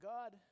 God